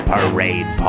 Parade